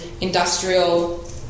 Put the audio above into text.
industrial